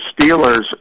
Steelers